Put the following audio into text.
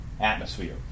atmosphere